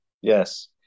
Yes